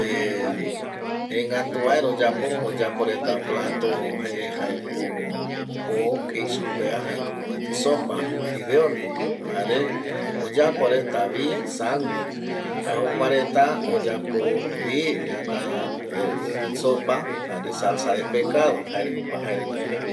gëë gätu vaera oyapo, oyapo reta plato jee jae ko poo jei supe va, jae ko mopeti sopa fideo ndie, jare oyapo reta vi, sandwich jae jokuea reta oyapo vi ñana sopa jare salsa de pescado, jae jokua jae reta jembiu